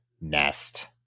nest